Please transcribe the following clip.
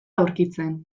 aurkitzen